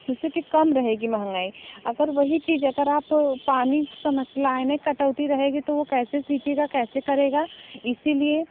जैसे कि कम रहेगी महंगाई अगर वही चीज़ अगर आप पानी के समस लाइने कटौती रहेगी तो वह कैसे सींचेगा कैसे करेगा इसलिए